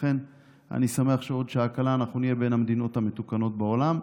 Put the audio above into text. לכן אני שמח שעוד שעה קלה אנחנו נהיה בין המדינות המתוקנות בעולם,